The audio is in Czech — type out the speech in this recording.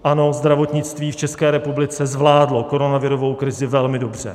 Ano, zdravotnictví v České republice zvládlo koronavirovou krizi velmi dobře.